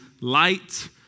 light